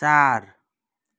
चार